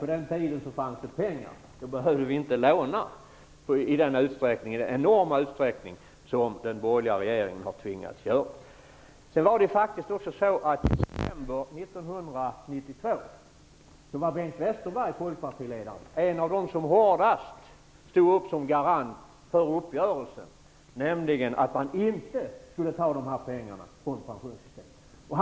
På den tiden fanns det dock pengar. Då behövde vi inte låna i den enorma utsträckning som den borgerliga regeringen har tvingats göra. Westerberg en av dem som med mest kraft stod upp som garant för den uppgörelse som innebar att man inte skulle ta dessa pengar från pensionssystemet.